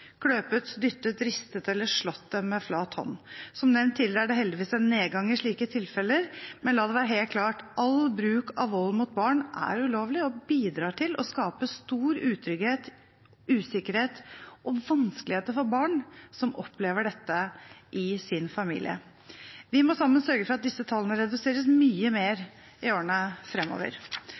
dyttet, ristet eller slått dem med flat hånd. Som nevnt tidligere er det heldigvis en nedgang i slike tilfeller. Men la det være helt klart: All bruk av vold mot barn er ulovlig og bidrar til å skape stor utrygghet, usikkerhet og vanskeligheter for barn som opplever dette i sin familie. Vi må sammen sørge for at disse tallene reduseres mye mer i årene fremover.